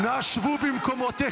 תעלה לסכם.